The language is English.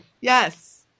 Yes